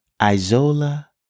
Isola